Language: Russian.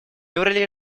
феврале